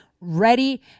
ready